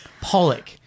Pollock